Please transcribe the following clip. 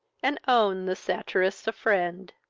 and own the satirist a friend.